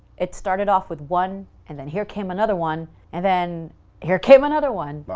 it started off with one and then here came another one and then here came another one. but